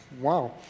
wow